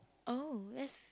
oh that's